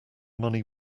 money